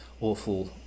awful